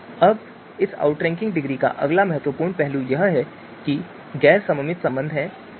अब इस outranking degree का अगला महत्वपूर्ण पहलू यह है कि यह गैर सममित संबंध है